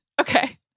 okay